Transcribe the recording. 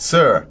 Sir